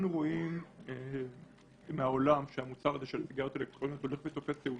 אנחנו רואים בעולם שהמוצר הזה של סיגריות אלקטרוניות הולך ותופס תאוצה.